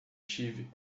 tive